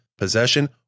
possession